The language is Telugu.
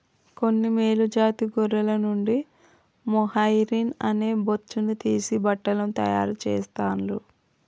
కొన్ని మేలు జాతి గొర్రెల నుండి మొహైయిర్ అనే బొచ్చును తీసి బట్టలను తాయారు చెస్తాండ్లు